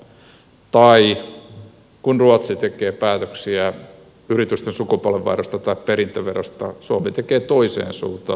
tai kun ruotsi tekee päätöksiä yritysten sukupolvenvaihdosta tai perintöverosta suomi tekee toiseen suuntaan päätöksiä